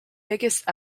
biggest